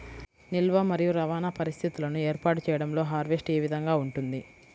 నిల్వ మరియు రవాణా పరిస్థితులను ఏర్పాటు చేయడంలో హార్వెస్ట్ ఏ విధముగా ఉంటుంది?